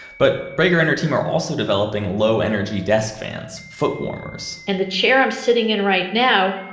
but brager and her team are also developing low energy desk fans, foot warmers, and the chair i'm sitting in right now,